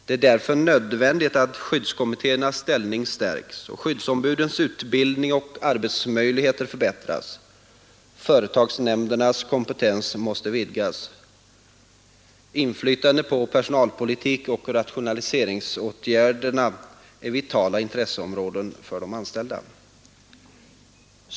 Det är därför nödvändigt att skyddskommittéernas ställning stärks, att skyddsombudens utbildning och arbetsmöjligheter förbättras och att företagsnämndernas kompetens vidgas. Inflytande på personalpolitik och rationaliseringsåtgärder är vitala intresseområden för de anställda.